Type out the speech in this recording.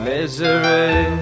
Misery